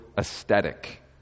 aesthetic